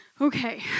Okay